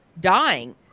dying